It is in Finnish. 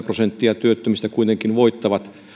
prosenttia työttömistä kuitenkin voittaa